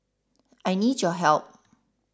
I need your help